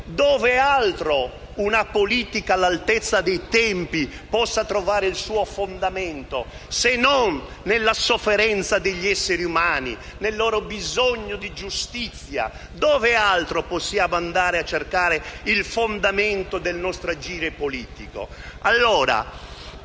dove altro una politica all'altezza dei tempi possa trovare il suo fondamento, se non nella sofferenza degli esseri umani, nel loro bisogno di giustizia. Dove altro possiamo andare a cercare il fondamento del nostro agire politico?